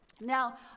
Now